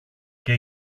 και